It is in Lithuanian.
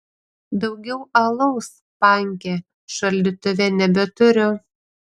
daugiau alaus panke šaldytuve nebeturiu